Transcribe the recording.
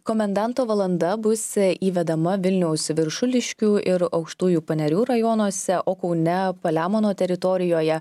komendanto valanda bus įvedama vilniaus viršuliškių ir aukštųjų panerių rajonuose o kaune palemono teritorijoje